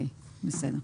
בסדר.